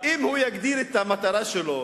אם הוא יגדיר את המטרה שלו